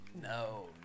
no